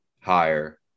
higher